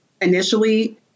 initially